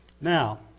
now